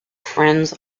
friends